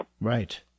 Right